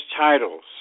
titles